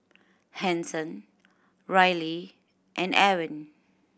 Hanson Reilly and Ewin